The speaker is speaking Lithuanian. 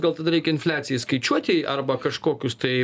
gal tada reikia infliacijai skaičiuoti arba kažkokius tai